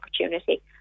opportunity